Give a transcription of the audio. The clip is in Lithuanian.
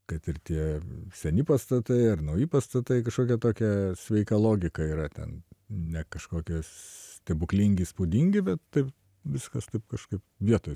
kaip ir tie seni pastatai ar nauji pastatai kažkokia tokia sveika logika yra ten ne kažkokios stebuklingi įspūdingi bet taip viskas taip kažkaip vietoj